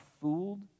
fooled